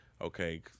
Okay